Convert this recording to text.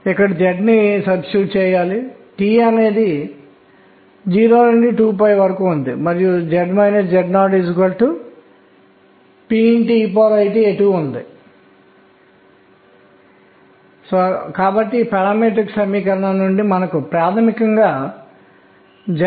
ఇప్పుడు ఇచ్చిన n కోసం మనకు క్వాంటం సంఖ్యలు n l m మరియు ms ఉన్నాయి ఇచ్చిన n కోసం k విలువలు ఏమిటో గుర్తుంచుకోండి k విలువలు 1 2 మరియు n వరకు ఉన్నాయి కానీ మనకు k పట్ల ఆసక్తి లేదు